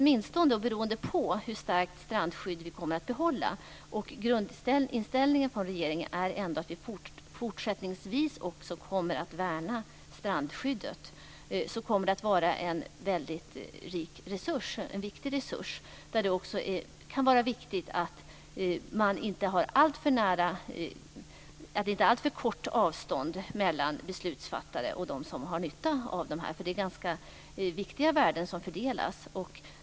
Det beror på hur starkt strandskydd vi kommer att behålla, men regeringens grundinställning är ändå att vi också fortsättningsvis kommer att värna strandskyddet. Då kommer detta att vara en väldigt viktig resurs, och då kan det också vara viktigt att det inte är ett alltför kort avstånd mellan beslutsfattare och dem som har nytta av det här. Det är nämligen ganska viktiga värden som fördelas.